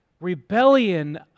rebellion